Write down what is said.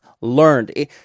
learned